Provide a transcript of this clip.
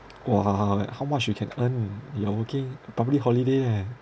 !wah! like how much you can earn you are working public holiday eh